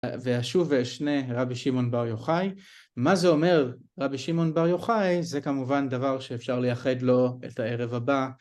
ואשוב ואשנה, רבי שמעון בר יוחאי. מה זה אומר, רבי שמעון בר יוחאי? זה כמובן דבר שאפשר לייחד לו את הערב הבא